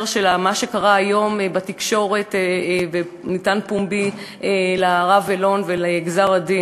של מה שקרה היום בתקשורת וניתן לו פומבי בעניין הרב אלון וגזר-הדין.